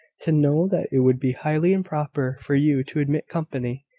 to know that it would be highly improper for you to admit company.